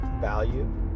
value